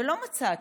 ולא מצאתי.